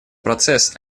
процесс